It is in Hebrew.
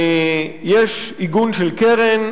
יש עיגון של קרן,